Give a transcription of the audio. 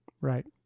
Right